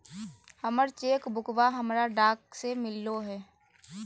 हमर चेक बुकवा हमरा डाक से मिललो हे